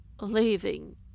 Leaving